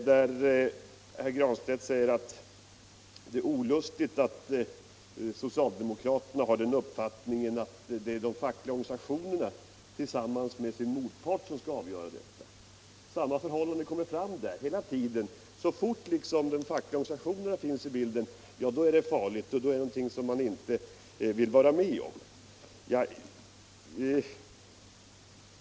Herr Granstedt säger att det är olustigt att socialdemokraterna har uppfattningen att det är de fackliga organisationerna som tillsammans med sin motpart skall avgöra de olika frågorna. Samma uppfattning framskymtar där: Så fort de fackliga organisationerna finns med i bilden är det farligt; det är någonting man inte vill vara med om.